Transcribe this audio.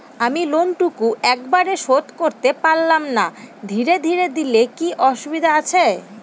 আমি লোনটুকু একবারে শোধ করতে পেলাম না ধীরে ধীরে দিলে কি অসুবিধে আছে?